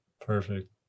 perfect